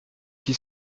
qui